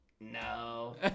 No